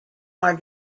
are